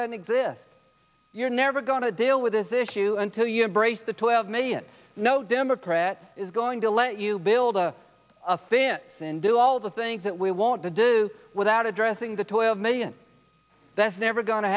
doesn't exist you're never going to deal with this issue until you embrace the twelve million no democrat is going to let you build a fence and do all the things that we want to do without addressing the toy of millions that's never going to